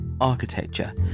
Architecture